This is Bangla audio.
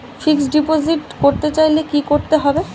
ফিক্সডডিপোজিট করতে চাইলে কি করতে হবে?